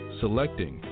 selecting